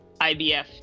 IBF